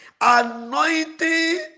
anointing